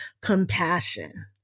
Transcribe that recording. compassion